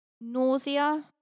nausea